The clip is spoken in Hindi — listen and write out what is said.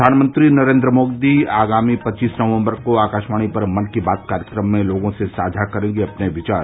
प्रधानमंत्री नरेन्द्र मोदी आगामी पच्चीस नवम्बर को आकाशवाणी पर मन की बात कार्यक्रम में लोगों से साझा करेंगे अपने विवार